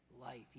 life